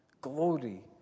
glory